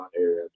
area